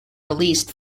released